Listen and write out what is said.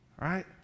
right